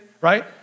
right